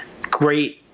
great